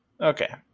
Okay